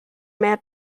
mehr